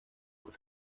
with